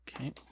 Okay